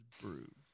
brew